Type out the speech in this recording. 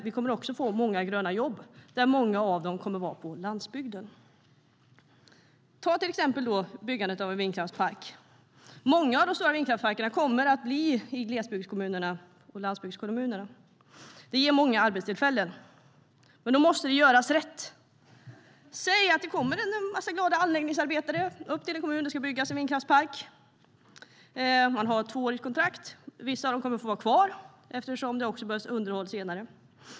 Vi kommer också att få många gröna jobb, och många av dem kommer att finnas på landsbygden. Säg att det kommer en massa glada anläggningsarbetare till en kommun där det ska byggas en vindkraftspark. De har ett tvåårigt kontrakt. Vissa av dem kommer att få vara kvar eftersom det behövs underhåll senare.